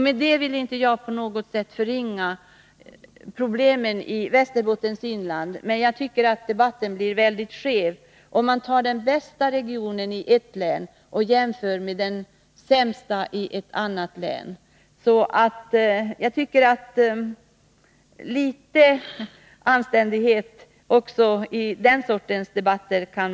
Med detta vill jag inte på något sätt förringa problemen i Västerbottens inland, men debatten blir mycket skev om man jämför den bästa regionen i ett län med den sämsta i ett annat län. Litet anständighet kan man kräva också i den här sortens debatter.